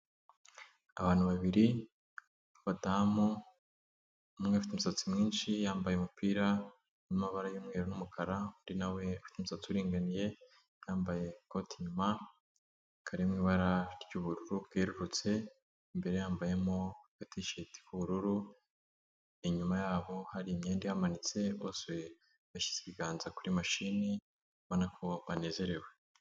Abantu babiri, abadamu, umwe afite umusatsi mwinshi yambaye umupira w'amabara y'umweru n'umukara, undi na we ufite umusatsi uringaniye, yambaye agakoti inyuma, kari mu ibara ry'ubururu bwerurutse, imbere yambayemo agatisheti y'ubururu, inyuma yaho hari imyenda ihamanitse bose bashyize ibiganza kuri mashini ubona ko banezerewe.